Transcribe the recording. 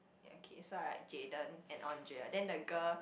okay so right Jayden and Andrea then the girl